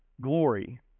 glory